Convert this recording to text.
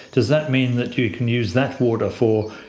does that mean that you can use that water for,